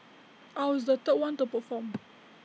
I was the third one to perform